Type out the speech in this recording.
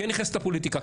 כן נכנסת הפוליטיקה,